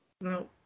No